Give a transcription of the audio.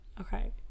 Okay